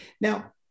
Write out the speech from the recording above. Now